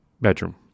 bedroom